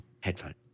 headphone